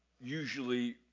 usually